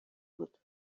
بود